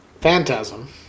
Phantasm